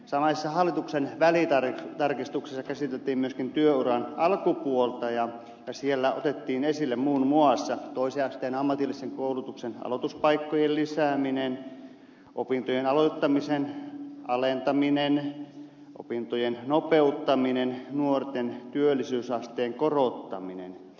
samaisessa hallituksen välitarkistuksessa käsiteltiin myöskin työuran alkupuolta ja siellä otettiin esille muun muassa toisen asteen ammatillisen koulutuksen aloituspaikkojen lisääminen opintojen aloittamisen aientaminen opintojen nopeuttaminen nuorten työllisyysasteen korottaminen